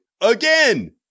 Again